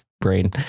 brain